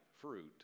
fruit